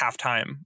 halftime